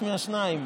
אחד משניים,